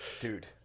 Dude